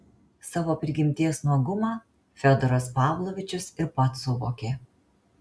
savo prigimties nuogumą fiodoras pavlovičius ir pats suvokė